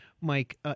Mike